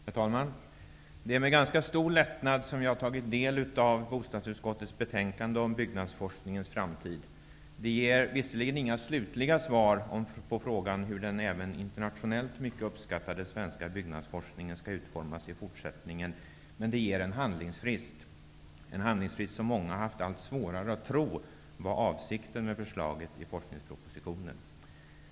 Herr talman! Det är med ganska stor lättnad, som jag tagit del av bostadsutskottets betänkande om byggnadsforskningens framtid. Det ger visserligen inga slutliga svar på frågan hur den även internationellt mycket uppskattade svenska byggnadsforskningen skall utformas i fortsättningen, men det ger en handlingsfrist, en handlingsfrist som många haft allt svårare att tro var avsikten med förslaget i forskningspropositionen.